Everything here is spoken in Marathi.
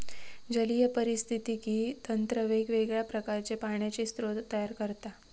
जलीय पारिस्थितिकी तंत्र वेगवेगळ्या प्रकारचे पाण्याचे स्रोत तयार करता